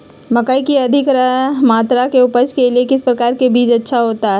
मकई की अधिक मात्रा में उपज के लिए किस प्रकार की बीज अच्छा होता है?